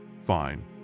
Fine